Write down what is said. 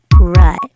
right